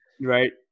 Right